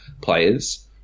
players